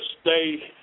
stay